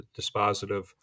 dispositive